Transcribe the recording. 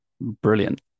brilliant